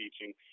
teaching